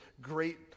great